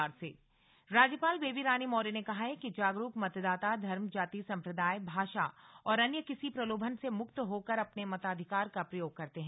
राज्यपाल राष्ट्रीय मतदाता दिवस राज्यपाल बेबी रानी मौर्य ने कहा है कि जागरूक मतदाता धर्म जाति सम्प्रदाय भाषा और अन्य किसी प्रलोभन से मुक्त होकर अपने मताधिकार का प्रयोग करते हैं